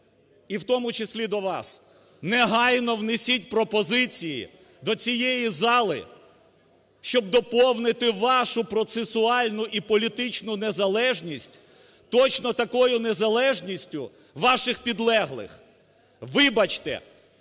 і в тому числі до вас, негайно внесіть пропозиції до цієї зали, щоб доповнити вашу процесуальну і політичну незалежність точно такою незалежністю ваших підлеглих. Вибачте,